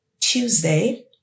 Tuesday